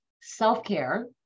Self-care